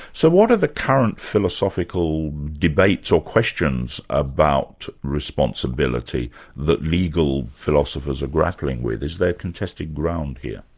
so what are the current philosophical debates or questions about responsibility that legal philosophers are grappling with? is there contested ground here?